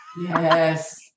Yes